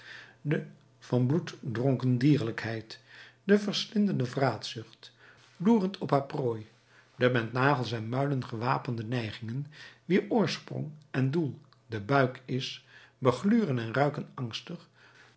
de van bloed dronken dierlijkheid de verslindende vraatzucht loerend op haar prooi de met nagels en muilen gewapende neigingen wier oorsprong en doel de buik is begluren en ruiken angstig